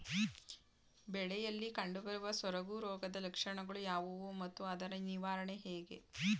ಬೆಳೆಯಲ್ಲಿ ಕಂಡುಬರುವ ಸೊರಗು ರೋಗದ ಲಕ್ಷಣಗಳು ಯಾವುವು ಮತ್ತು ಅದರ ನಿವಾರಣೆ ಹೇಗೆ?